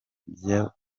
byo